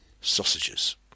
sausages